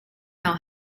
now